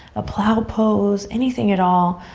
a plow pose, anything at all,